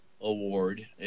Award